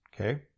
Okay